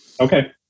Okay